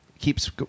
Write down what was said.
keeps